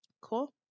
Cool